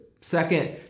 Second